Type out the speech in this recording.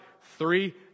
Three